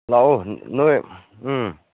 ꯂꯥꯛꯑꯣ ꯅꯣꯏ